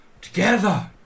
together